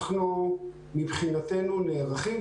אנחנו מבחינתנו נערכים,